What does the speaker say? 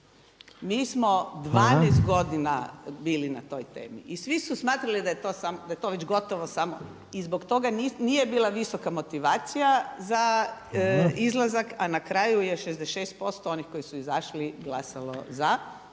Mi smo 12 godina bili na toj temi i svi su smatrali da je to već gotovo samo i zbog toga nije bila visoka motivacija za izlazak, a na kraju je 66% onih koji su izašli glasalo za